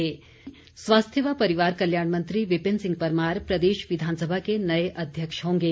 विपिन परमार स्वास्थ्य व परिवार कल्याण मंत्री विपिन सिंह परमार प्रदेश विधानसभा के नए अध्यक्ष होंगे